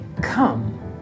come